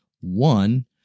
One